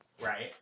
Right